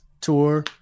tour